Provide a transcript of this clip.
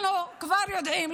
אנחנו כבר יודעים,